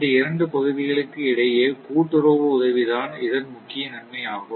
இந்த இரண்டு பகுதிகளுக்கு இடையேயான கூட்டுறவு உதவி தான் இதன் முக்கிய நன்மை ஆகும்